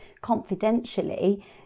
confidentially